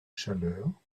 chaleur